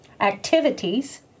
activities